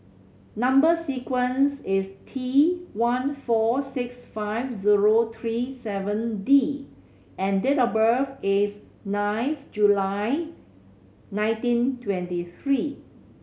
number sequence is T one four six five zero three seven D and date of birth is ninth July nineteen twenty three